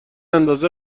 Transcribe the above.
اندازه